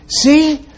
See